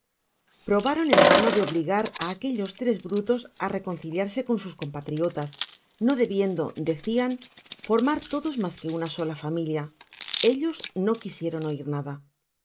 probaron en vano de obligar á aquellos tres brutos á reconciliarse con sus compratriotas bo debiendo decian formar todos mas que una sola familia ellos no quisieron oir nada